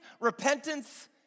Repentance